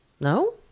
No